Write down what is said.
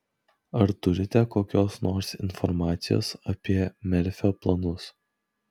ar turite kokios nors informacijos apie merfio planus